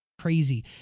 crazy